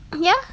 ya